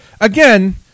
Again